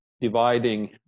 dividing